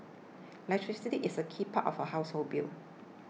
electricity is a key part of a household bill